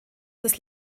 des